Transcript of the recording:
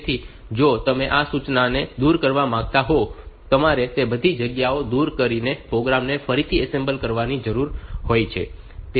તેથી જો તમે આ સૂચનાને દૂર કરવા માંગતા હોવ તો તમારે તે બધી જગ્યાઓ દૂર કરીને પ્રોગ્રામને ફરીથી એસેમ્બલ કરવાની જરૂર હોય છે